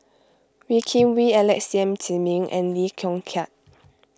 Wee Kim Wee Alex Yam Ziming and Lee Yong Kiat